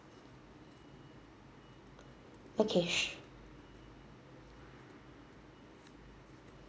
okay